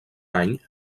any